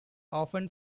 often